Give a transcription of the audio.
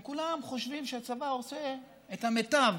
וכולם חושבים שהצבא עושה את המיטב